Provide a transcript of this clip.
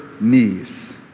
knees